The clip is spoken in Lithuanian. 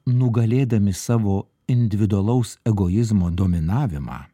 nugalėdami savo individualaus egoizmo dominavimą